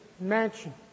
mansion